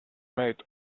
made